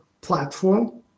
platform